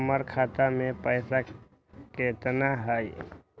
हमर खाता मे पैसा केतना है?